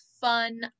fun